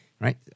right